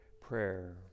prayer